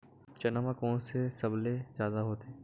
चना म कोन से सबले जादा होथे?